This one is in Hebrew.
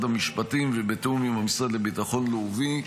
המשפטים ובתיאום עם המשרד לביטחון לאומי.